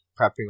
prepping